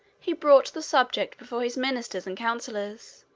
he brought the subject before his ministers and counselors.